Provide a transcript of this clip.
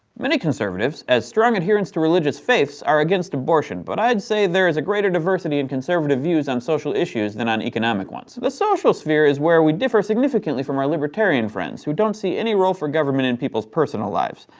many conservatives, as strong adherents to religious faiths, are against abortion. but i'd say there's a greater diversity in conservative views on social issues than on economic ones. the social sphere is where we differ significantly from our libertarian friends who don't see any role for government in people's personal lives.